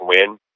win